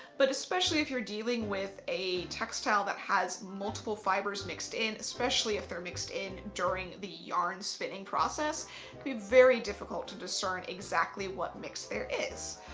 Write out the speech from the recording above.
but especially if you're dealing with a textile that has multiple fibres mixed in especially if they're mixed in during the yarn spinning process, can be very difficult to discern exactly what mix there is.